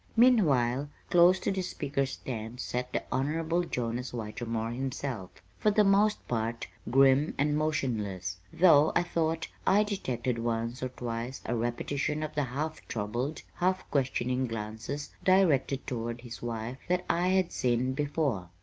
meanwhile, close to the speaker's stand sat the honorable jonas whitermore himself, for the most part grim and motionless, though i thought i detected once or twice a repetition of the half-troubled, half-questioning glances directed toward his wife that i had seen before.